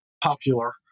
popular